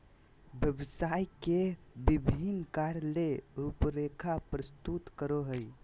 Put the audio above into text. व्यवसाय के विभिन्न कार्य ले रूपरेखा प्रस्तुत करो हइ